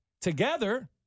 Together